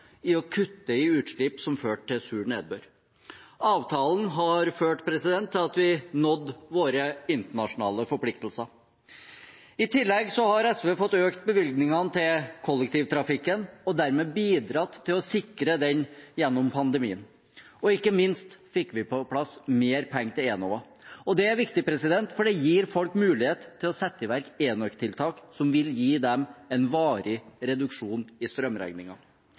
å kutte i utslipp som førte til sur nedbør. Avtalen har ført til at vi nådde våre internasjonale forpliktelser. I tillegg har SV fått økt bevilgningene til kollektivtrafikken og dermed bidratt til å sikre den gjennom pandemien. Og ikke minst fikk vi på plass mer penger til Enova. Det er viktig, for det gir folk mulighet til å sette i verk enøktiltak som vil gi dem en varig reduksjon i